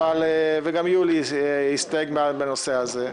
וגם יולי הסתייג בנושא הזה.